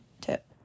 tip